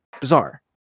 bizarre